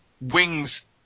wings